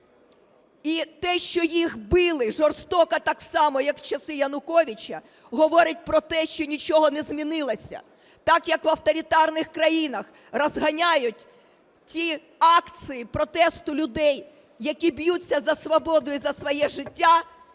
І те, що їх били, жорстоко так само, як в часи Януковича, говорить про те, що нічого не змінилося, так, як в авторитарних країнах розганяють ті акції протесту людей, які б'ються за свободу і за своє життя,